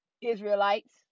Israelites